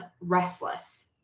restless